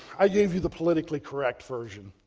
i gave you the politically correct version.